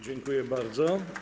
Dziękuję bardzo.